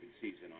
season